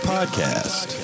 Podcast